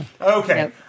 okay